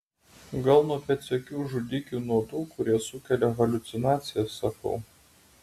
gal nuo pėdsekių žudikių nuodų kurie sukelia haliucinacijas sakau